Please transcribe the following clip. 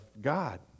God